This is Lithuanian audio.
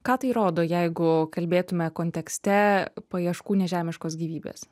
ką tai rodo jeigu kalbėtume kontekste paieškų nežemiškos gyvybės